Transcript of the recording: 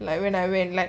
like when I went like